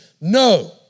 No